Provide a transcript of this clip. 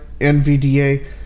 NVDA